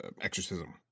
exorcism